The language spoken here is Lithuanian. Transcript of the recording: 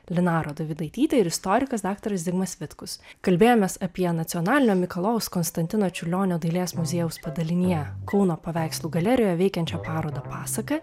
linara dovydaitytė ir istorikas daktaras zigmas vitkus kalbėjomės apie nacionalinio mikalojaus konstantino čiurlionio dailės muziejaus padalinyje kauno paveikslų galerijoje veikiančią parodą pasaka